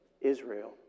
Israel